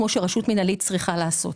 כמו שרשות מינהלית צריכה לעשות.